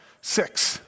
Six